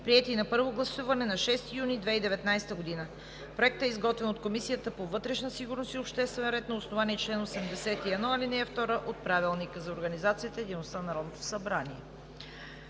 приети на първо гласуване на 6 юни 2019 г. Проектът е изготвен от Комисията по вътрешна сигурност и обществен ред на основание чл. 81, ал. 2 от Правилника за организацията и дейността на Народното събрание.